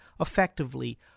effectively